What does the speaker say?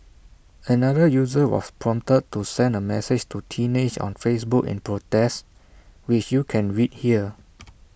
another user was prompted to send A message to teenage on Facebook in protest which you can read here